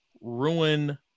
ruin